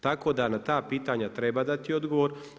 Tako, da na ta pitanja treba dati odgovor.